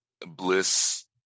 bliss